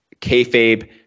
kayfabe